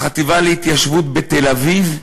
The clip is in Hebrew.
החטיבה להתיישבות בתל-אביב?